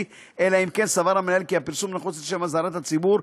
אלא אם כן סבר המנהל כי הפרסום נחוץ לשם אזהרת הציבור,